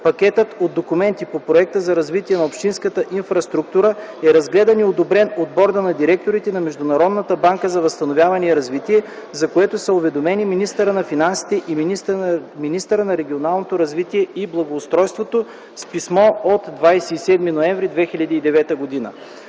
Пакетът от документи по „Проект за развитие на общинската инфраструктура” е разгледан и одобрен от Борда на директорите на Международната банка за възстановяване и развитие, за което са уведомени министърът на финансите и министърът на регионалното развитие и благоустройството с писмо от 27 ноември 2009 г.